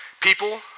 People